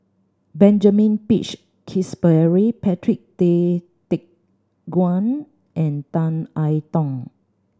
Benjamin Peach Keasberry Patrick Tay Teck Guan and Tan I Tong